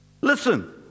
Listen